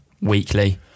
weekly